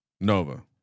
Nova